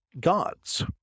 God's